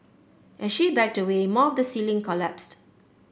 as she backed away more of the ceiling collapsed